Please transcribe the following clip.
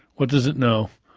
what does it know?